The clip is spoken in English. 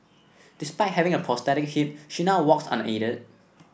despite having a prosthetic hip she now walks unaided